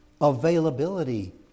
availability